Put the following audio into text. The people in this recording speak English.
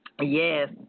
Yes